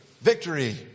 victory